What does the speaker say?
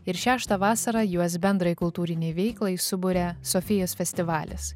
ir šeštą vasarą juos bendrai kultūrinei veiklai suburia sofijos festivalis